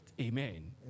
Amen